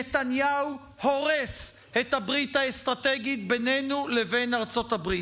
נתניהו הורס את הברית האסטרטגית בינינו לבין ארצות הברית.